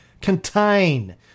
Contain